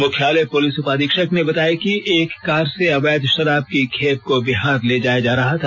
मुख्यालय पुलिस उपाधीक्षक ने बताया कि एक कार से अवैध शराब की खेप को बिहार ले जाया जा रहा था